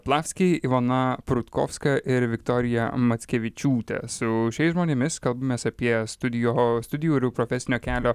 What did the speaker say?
platski ivona prutkovska ir viktorija mackevičiūte su šiais žmonėmis kalbamės apie studijo studijų ir jų profesinio kelio